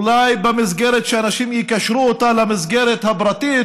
אולי במסגרת שאנשים יקשרו אותן למסגרת הפרטית,